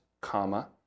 comma